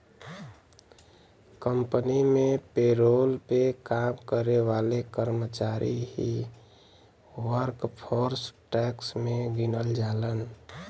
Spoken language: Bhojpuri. कंपनी में पेरोल पे काम करे वाले कर्मचारी ही वर्कफोर्स टैक्स में गिनल जालन